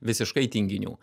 visiškai tinginių